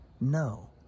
no